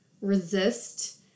resist